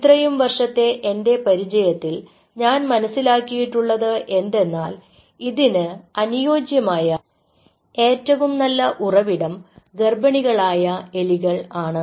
ഇത്രയും വർഷത്തെ എൻറെ പരിചയത്തിൽ ഞാൻ മനസ്സിലാക്കിയിട്ടുള്ളത് എന്തെന്നാൽ ഇതിന് അനുയോജ്യമായ ഏറ്റവും നല്ല ഉറവിടം ഗർഭിണികളായ എലികൾ ആണ്